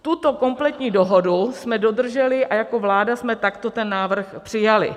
Tuto kompletní dohodu jsme dodrželi a jako vláda jsme takto ten návrh přijali.